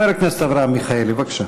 חבר הכנסת אברהם מיכאלי, בבקשה.